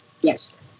Yes